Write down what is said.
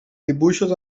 dibuixos